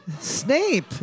Snape